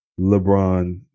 LeBron